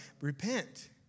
repent